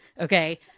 okay